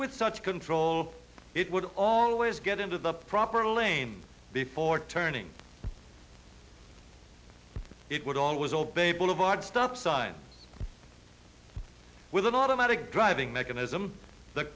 with such control it would always get into the proper lane before turning it would always obey boulevard stop signs with an automatic driving mechanism the